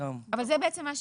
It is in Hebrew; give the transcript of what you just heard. זה בעצם מה שעשיתם.